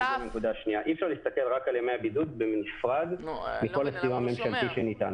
אי אפשר להסתכל רק על ימי הבידוד בנפרד מכל הסיוע הממשלתי שניתן.